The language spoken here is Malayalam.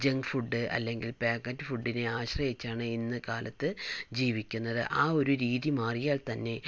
ജംഗ് ഫുഡ് അല്ലെങ്കിൽ പാക്കറ്റ് ഫുഡ്ഡിനെ ആശ്രയിച്ചാണ് ഇന്ന് കാലത്ത് ജീവിക്കുന്നത് ആ ഒരു രീതി മാറിയാൽ തന്നെ